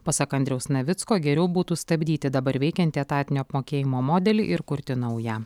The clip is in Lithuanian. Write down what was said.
pasak andriaus navicko geriau būtų stabdyti dabar veikiantį etatinio apmokėjimo modelį ir kurti naują